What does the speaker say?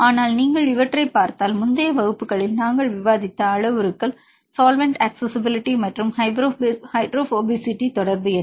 ஆனால் நீங்கள் இவற்றைப் பார்த்தால் முந்தைய வகுப்புகளில் நாங்கள் விவாதித்த அளவுருக்கள் சால்வெண்ட் அக்சஸிஸிபிலிட்டி மற்றும் ஹைட்ரோபோபசிட்டி தொடர்பு என்ன